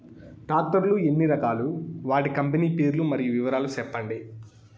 Tractor లు ఎన్ని రకాలు? వాటి కంపెని పేర్లు మరియు వివరాలు సెప్పండి?